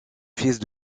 fils